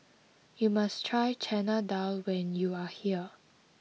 you must try Chana Dal when you are here